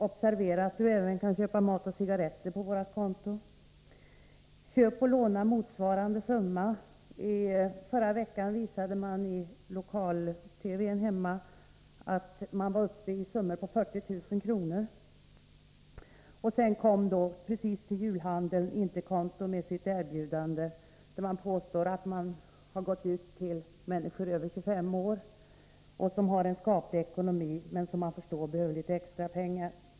Observera att du även kan köpa mat och cigarretter på vårt konto! Köp och låna motsvarande summa! Förra veckan visade man i lokal-TV hemma att summorna var uppe i 40 000 kr. Och precis till julhandeln kom då Interkonto med sitt erbjudande, där man påstår att man har gått ut till människor över 25 år med en skaplig ekonomi, men som man förstår behöver lite extra pengar.